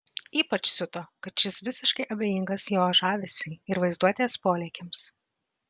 ypač siuto kad šis visiškai abejingas jo žavesiui ir vaizduotės polėkiams